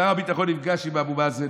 שר הביטחון נפגש עם אבו מאזן,